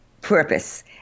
purpose